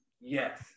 yes